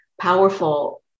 powerful